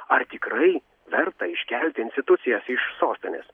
ar tikrai verta iškelti institucijas iš sostinės